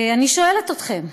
אני שואלת אתכם,